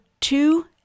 two